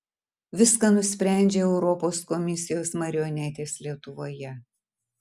viską nusprendžia europos komisijos marionetės lietuvoje